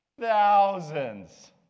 Thousands